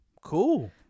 Cool